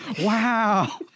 wow